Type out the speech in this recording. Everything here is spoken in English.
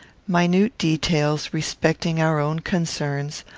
minute details, respecting our own concerns,